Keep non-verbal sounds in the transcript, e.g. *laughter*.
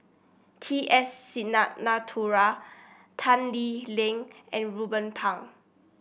T S *unintelligible* Tan Lee Leng and Ruben Pang